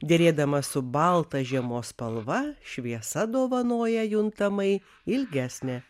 dėrėdamas su balta žiemos spalva šviesa dovanoja juntamai ilgesnę